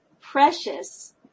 precious